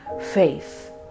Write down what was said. faith